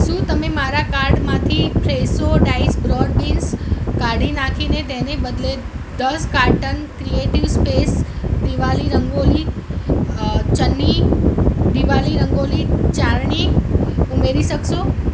શું તમે મારા કાર્ટમાંથી ફ્રેશો ડાઇસ્ડ બ્રોડ બિન્સ કાઢી નાંખીને તેને બદલે દસ carton creative space Diwali rangoli a ચન્ની દિવાલી રંગોલી ચારણી ઉમેરી શકશો